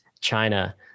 China